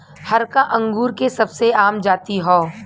हरका अंगूर के सबसे आम जाति हौ